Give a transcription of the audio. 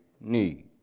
need